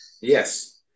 Yes